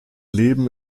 leben